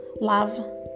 Love